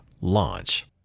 launch